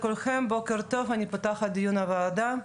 בוקר טוב, אני פותחת את דיון הוועדה.